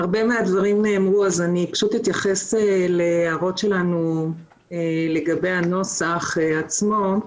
הרבה מהדברים נאמרו אז אתייחס להערות שלנו לגבי הנוסח עצמו.